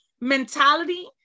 mentality